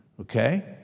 okay